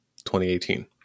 2018